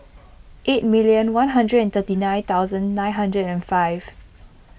eight million one hundred and thirty nine thousand nine hundred and five